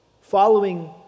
following